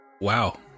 Wow